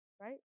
right